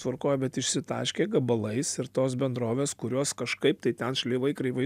tvarkoj bet išsitaškė gabalais ir tos bendrovės kurios kažkaip tai ten šleivai kreivai